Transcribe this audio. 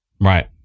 Right